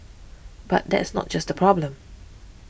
but that's not just the problem